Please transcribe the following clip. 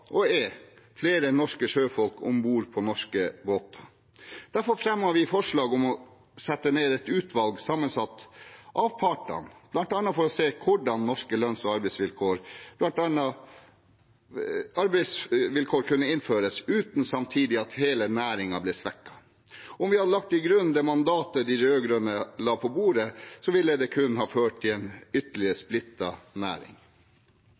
og er flere norske sjøfolk om bord på norske båter. Derfor fremmet vi forslag om å sette ned et utvalg, sammensatt av partene, bl.a. for å se på hvordan norske lønns- og arbeidsvilkår kunne innføres uten at hele næringen samtidig ble svekket. Om vi hadde lagt til grunn det mandatet de rød-grønne la på bordet, ville det kun ha ført til en ytterligere splittet næring.